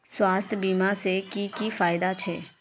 स्वास्थ्य बीमा से की की फायदा छे?